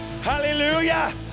hallelujah